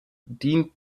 dient